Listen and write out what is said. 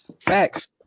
facts